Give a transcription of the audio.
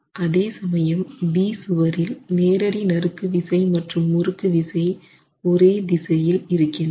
அதே சமயம் B சுவரில் நேரடி நறுக்கு விசை மற்றும் முறுக்கு விசை ஒரே திசையில் இருக்கின்றன